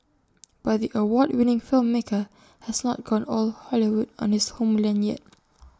but the award winning filmmaker has not gone all Hollywood on his homeland yet